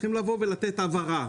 צריכים לבוא ולתת העברה.